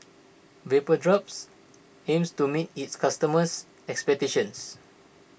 Vapodrops aims to meet its customers' expectations